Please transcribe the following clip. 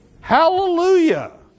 Hallelujah